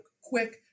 quick